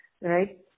right